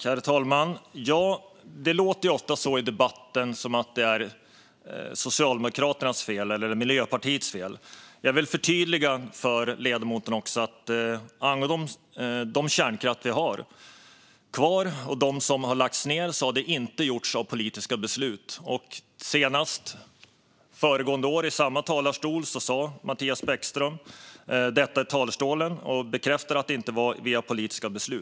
Herr talman! Ja, det låter ju ofta i debatten som om det är Socialdemokraternas eller Miljöpartiets fel. Jag vill förtydliga för ledamoten att de kärnkraftverk som har lagts ned inte har lagts ned genom politiska beslut. Så sent som förra året bekräftade Mattias Bäckström Johansson här i talarstolen att det inte var fråga om politiska beslut.